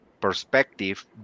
perspective